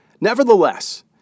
Nevertheless